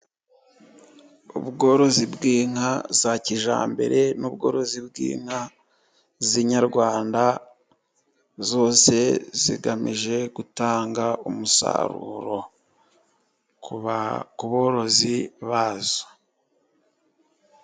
Ubworozi bw'inka za kijyambere n'ubworozi bw'inka z'inyarwanda zose zigamije gutanga umusaruro ku borozi ba zo.